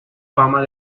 fama